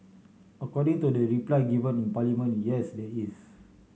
according to the reply given in Parliament yes there is